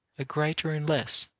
a greater and less,